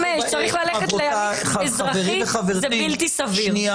-- בגיל 25 צריך ללכת להליך אזרחי, זה בלתי סביר.